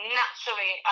naturally